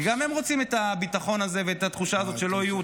כי גם הן רוצות את הביטחון הזה ואת התחושה הזאת שלא יהיו,